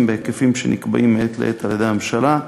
בהיקפים שנקבעים מעת לעת על-ידי הממשלה.